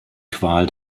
qual